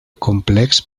complex